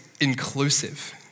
inclusive